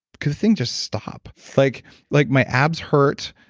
could the thing just stop? like like my abs hurt.